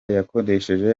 yakoresheje